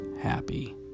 happy